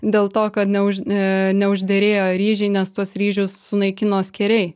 dėl to kad neuž a neužderėjo ryžiai nes tuos ryžius sunaikino skėriai